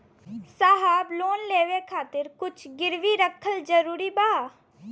साहब लोन लेवे खातिर कुछ गिरवी रखल जरूरी बा?